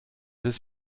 ist